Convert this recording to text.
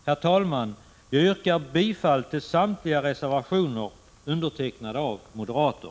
Herr talman! Jag yrkar bifall till samtliga reservationer undertecknade av moderater.